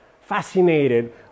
fascinated